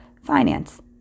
finance